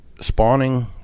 spawning